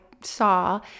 saw